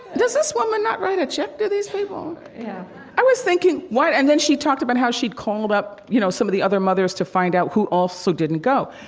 does this woman not write a check to these people? yeah i was thinking what and then she talked about how she'd called up, you know, some of the other mothers to find out who also didn't go.